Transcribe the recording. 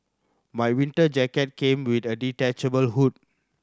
my winter jacket came with a detachable hood